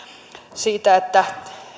siinä että